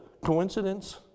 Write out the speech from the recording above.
coincidence